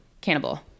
cannibal